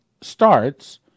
starts